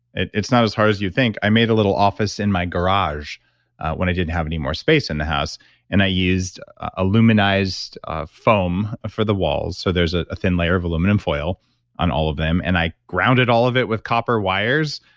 it's not as hard as you think. i made a little office in my garage when i didn't have any more space in the house and i used aluminized ah foam for the walls. so there's ah a thin layer of aluminum foil on all of them and i grounded all of it with copper wires.